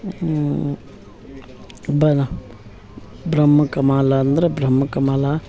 ಬನ ಬ್ರಹ್ಮಕಮಲ ಅಂದ್ರೆ ಬ್ರಹ್ಮಕಮಲ